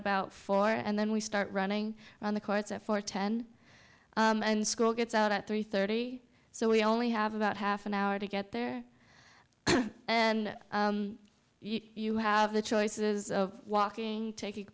about four and then we start running on the courts at four ten and school gets out at three thirty so we only have about half an hour to get there and you have the choices of walking taking